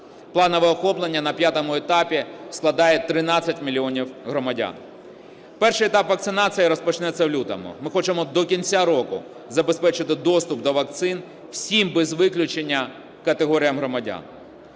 Планове охоплення на п'ятому етапі складає 13 мільйонів громадян. Перший етап вакцинації розпочнеться в лютому. Ми хочемо до кінця року забезпечити доступ до вакцин всім без виключення категоріям громадян.